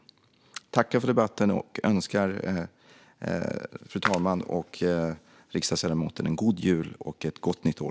Jag tackar för debatten och önskar fru talmannen och riksdagsledamoten en god jul och ett gott nytt år.